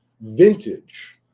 vintage